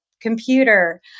computer